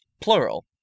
Plural